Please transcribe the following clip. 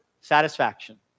satisfaction